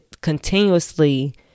continuously